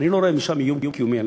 אני לא רואה משם איום קיומי עלינו.